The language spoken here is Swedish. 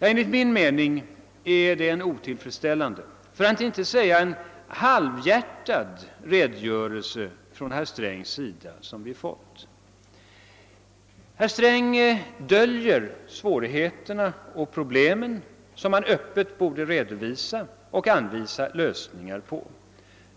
Enligt min mening har vi av herr Sträng fått en otillfredsställande, för att inte säga halvhjärtad, redogörelse. Han döljer de svårigheter och problem som han öppet borde ha redovisat och anvisat lösningar på.